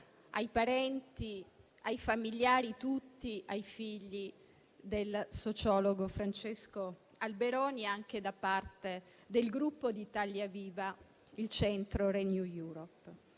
ai parenti, ai familiari tutti, ai figli del sociologo Francesco Alberoni anche da parte del Gruppo Italia Viva-Il Centro-Renew Europe.